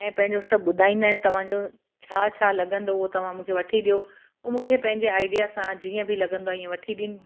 ऐं पंहिंजो सभु ॿुधाईंदा आहिनि तव्हांजो छा छा लॻंदो उहो तव्हां मूंखे वठी ॾियो हू मूंखे पंहिंजे आइडिया सां जीअं बि लॻंदो आहे ईअं वठी ॾियनि